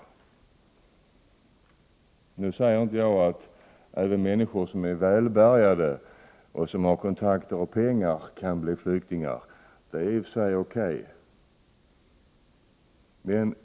Därmed har jag inte förnekat att även människor som är välbärgade och som har kontakter och pengar kan bli flyktingar. Det är i och för sig O.K.